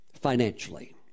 financially